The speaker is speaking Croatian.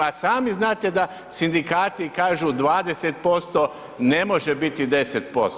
A sami znate da sindikati kažu 20% ne može biti 10%